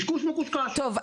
טוב,